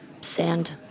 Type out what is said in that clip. Sand